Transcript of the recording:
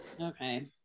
Okay